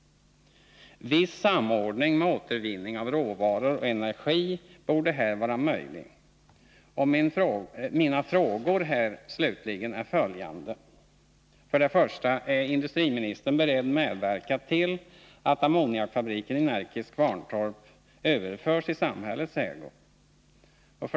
Viss samordning med återvinning av råvaror sysselsättningssynoch energi borde här vara möjlig. Mina frågor slutligen är följande: punkt av vissa Är industriministern beredd medverka till att ammoniakfabriken i Närkes företagsöverlåtel Kvarntorp överförs i samhällets ägo?